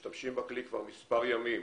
משתמשים בכלי כבר מספר ימים.